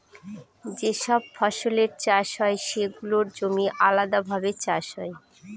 যে সব ফসলের চাষ হয় সেগুলোর জমি আলাদাভাবে চাষ হয়